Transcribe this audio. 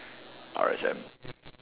R_S_M